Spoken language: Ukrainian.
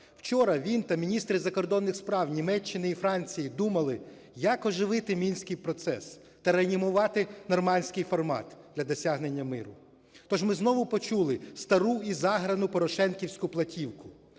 Вчора він та міністри закордонних справ Німеччини і Франції думали як оживити Мінський процес та реанімувати Нормандський формат для досягнення миру. То ж ми знову почули стару і заграну порошенківську платівку.